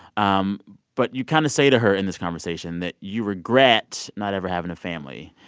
um but you kind of say to her in this conversation that you regret not ever having a family,